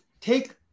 take